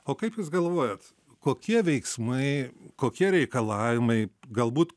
o kaip jūs galvojat kokie veiksmai kokie reikalavimai galbūt